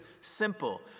simple